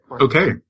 Okay